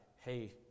hey